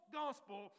gospel